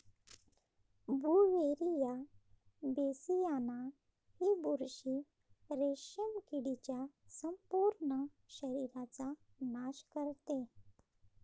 Beauveria bassiana ही बुरशी रेशीम किडीच्या संपूर्ण शरीराचा नाश करते